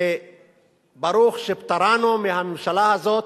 וברוך שפטרנו מהממשלה הזאת.